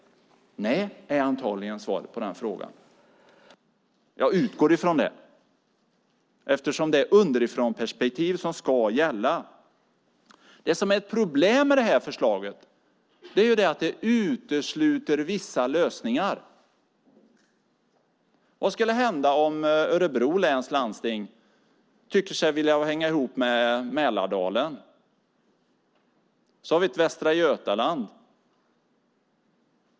Nej, är antagligen svaret på den frågan. Jag utgår ifrån det, eftersom det är underifrånperspektivet som ska gälla. Det som är ett problem med det här förslaget är att det utesluter vissa lösningar. Vad skulle hända om Örebro läns landsting tyckte sig vilja hänga ihop med Mälardalen? Så har vi ett Västra Götaland.